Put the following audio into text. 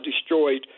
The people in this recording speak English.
destroyed